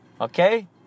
okay